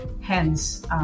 hence